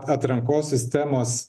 atrankos sistemos